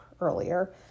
earlier